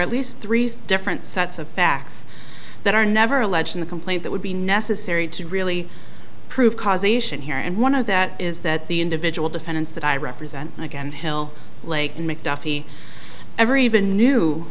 at least three different sets of facts that are never alleged in the complaint that would be necessary to really prove causation here and one of that is that the individual defendants that i represent again hill leg mcduffie ever even knew